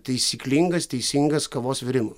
taisyklingas teisingas kavos virimo